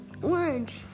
orange